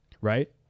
right